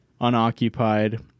unoccupied